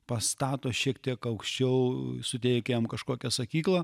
pastato šiek tiek aukščiau suteikia jam kažkokią sakyklą